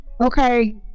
Okay